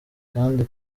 kandi